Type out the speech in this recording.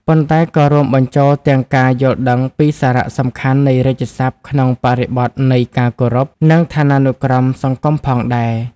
ប៉ុន្តែក៏រួមបញ្ចូលទាំងការយល់ដឹងអំពីសារៈសំខាន់នៃរាជសព្ទក្នុងបរិបទនៃការគោរព និងឋានានុក្រមសង្គមផងដែរ។